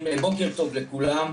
בוקר טוב לכולם.